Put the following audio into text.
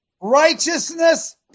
Righteousness